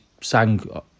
sang